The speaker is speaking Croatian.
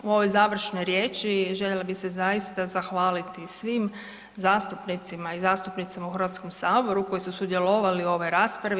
U ovoj završnoj riječi željela bih se zaista zahvaliti svim zastupnicima i zastupnicama u Hrvatskom saboru koji su sudjelovali u ovoj raspravi.